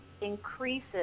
increases